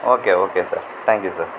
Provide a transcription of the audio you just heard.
okay okay sir thank you sir